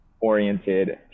oriented